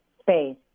space